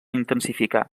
intensificar